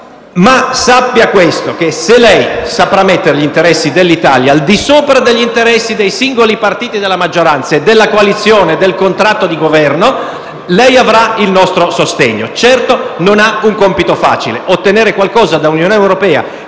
Sappia però che se lei saprà mettere gli interessi dell'Italia al di sopra degli interessi dei singoli partiti della maggioranza e della coalizione del contratto di Governo, lei avrà il nostro sostegno. Certo, non ha un compito facile; ottenere qualcosa dall'Unione europea